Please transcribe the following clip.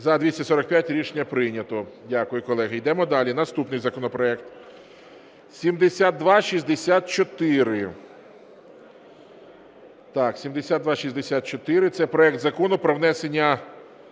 За-245 Рішення прийнято. Дякую, колеги. Йдемо далі. Наступний законопроект 7264. Так, 7264, це проект Закону про внесення